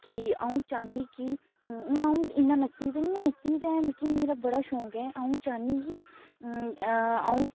कि अ'ऊं चाह्न्नीं की हून अ'ऊं इ'न्ना नच्चनी ते निं नच्चनी ते ऐ मेरा मिगी बड़ा शौक ऐ अ'ऊं चाह्न्नीं कि अ'ऊं